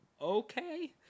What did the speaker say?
okay